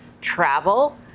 travel